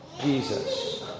Jesus